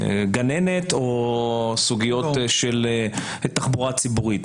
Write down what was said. לגננת או סוגיות של תחבורה ציבורית.